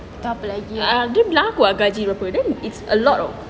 dia bilang aku gaji berapa dia it's a lot uh